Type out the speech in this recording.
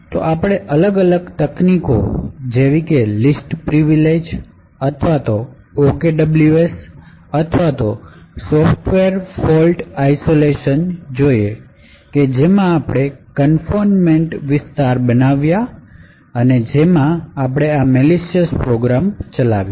તો આપણે અલગ અલગ તકનીકો જેવી કે લીસ્ટ પ્રીવિલેજ અથવા તો okws અથવા તો સોફ્ટવેર ફોલ્ટ આઈસોલેશન જોઈ કે જેમાં આપણે કન્ફીનમેન્ટ વિસ્તાર બનાવ્યા કે જેમાં આ મેલિશયસ પ્રોગ્રામ ચાલે